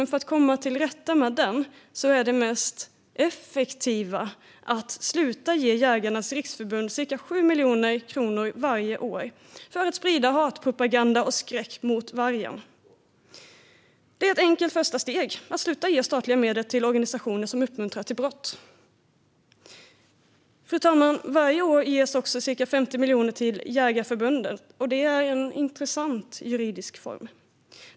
För att komma till rätta med den vore det mest effektiva att sluta ge Jägarnas Riksförbund ca 7 miljoner kronor varje år så att de kan sprida skräck och hatpropaganda mot vargen. Det vore ett enkelt första steg att sluta ge statliga medel till organisationer som uppmuntrar till brott. Fru talman! Varje år ges också ca 50 miljoner till Svenska Jägareförbundet. Det sker i en intressant juridisk form.